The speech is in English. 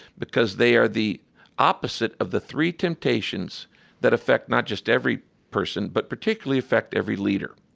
because they are the opposite of the three temptations that affect not just every person, but particularly affect every leader.